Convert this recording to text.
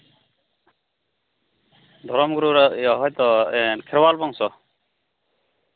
ᱫᱷᱚᱨᱚᱢ ᱜᱩᱨᱩ ᱫᱚ ᱦᱳᱭᱛᱳ ᱠᱷᱮᱨᱣᱟᱞ ᱵᱚᱝᱥᱚ